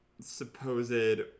supposed